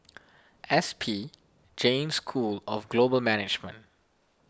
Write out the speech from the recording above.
S P Jain School of Global Management